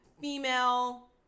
female